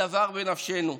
הדבר בנפשנו.